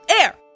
air